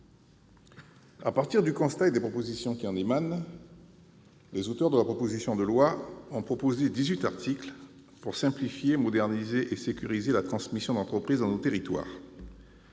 y est dressé et des propositions qui en émanent, les auteurs de la proposition de loi ont proposé dix-huit articles pour « simplifier, moderniser et sécuriser la transmission d'entreprises dans nos territoires